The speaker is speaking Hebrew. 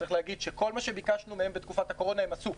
צריך להגיד שכל מה שביקשנו מהם בתקופת הקורונה הם עשו.